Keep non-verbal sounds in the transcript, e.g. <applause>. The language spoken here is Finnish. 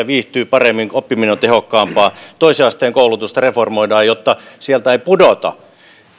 <unintelligible> viihtyy paremmin oppiminen on tehokkaampaa toisen asteen koulutusta reformoidaan jotta sieltä ei pudota